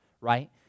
right